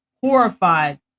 horrified